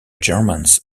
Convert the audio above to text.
germans